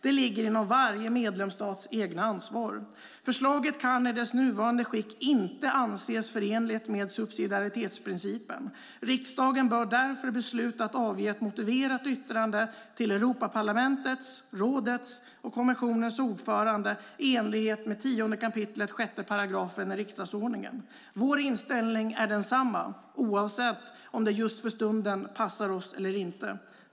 Det ligger inom varje medlemsstats eget ansvar. Förslaget kan i dess nuvarande skick inte anses förenligt med subsidiaritetsprincipen. Riksdagen bör därför besluta att avge ett motiverat yttrande till Europaparlamentets, rådets och kommissionens ordförande i enlighet med 10 kap. 6 § i riksdagsordningen. Vår inställning är densamma oavsett om det just för stunden passar oss eller inte.